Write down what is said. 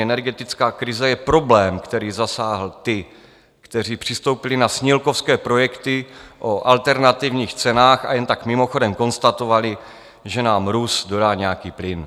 Energetická krize je problém, který zasáhl ty, kteří přistoupili na snílkovské projekty o alternativních cenách a jen tak mimochodem konstatovali, že nám Rus dodá nějaký plyn.